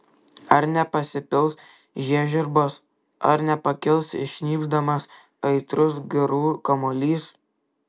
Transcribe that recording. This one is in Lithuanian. ar nepasipils žiežirbos ar nepakils šnypšdamas aitrus garų kamuolys